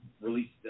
released